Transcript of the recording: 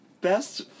best